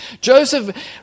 Joseph